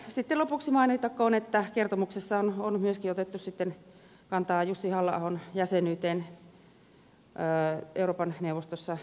sitten lopuksi mainittakoon että kertomuksessa on myöskin otettu kantaa jussi halla ahon jäsenyyteen euroopan neuvostossa